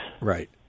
Right